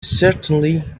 certainly